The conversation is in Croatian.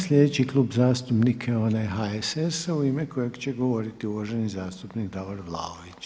Sljedeći Klub zastupnika je onaj HSS-a u ime kojeg će govoriti uvaženi zastupnik Davor Vlaović.